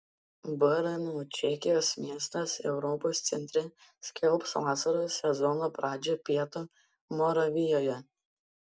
brno čekijos miestas europos centre skelbs vasaros sezono pradžią pietų moravijoje